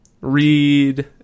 read